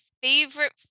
Favorite